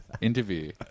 interview